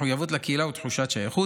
מחויבות לקהילה ותחושת שייכות,